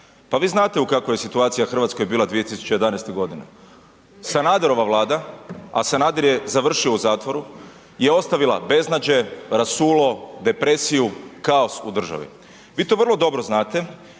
Pa vi znate kakva je situacija u Hrvatskoj bila 2011. godine. Sanaderova Vlada, a Sanader je završio u zatvoru, je ostavila beznađe, rasulo, depresiju, kaos u državi. Vi to vrlo dobro znate